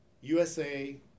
USA